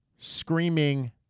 screaming